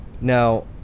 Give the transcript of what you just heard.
now